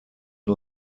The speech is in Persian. این